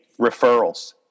referrals